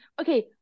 okay